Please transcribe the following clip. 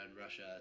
Russia